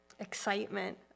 excitement